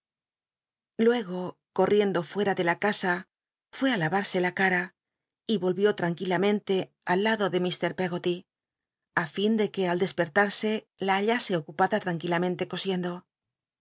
luego cor'l'iendo fuera de la casa fué á lavn'se la cara y volvió tranquilamente al lado de mr peggoty ti lln de que al desperta se la hallase ocupada tranquilamcnte cosiendo